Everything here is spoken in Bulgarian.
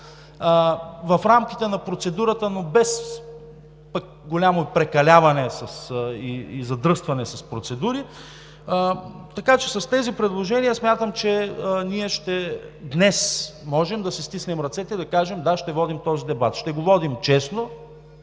в рамките на процедурата, но пък без голямо прекаляване и задръстване с процедури. Така че с тези предложения смятам, че днес ние можем да си стиснем ръцете и да кажем: да, ще водим този дебат, ще го водим честно